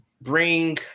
Bring